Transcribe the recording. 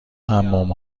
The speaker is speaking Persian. حمام